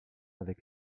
avec